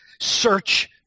search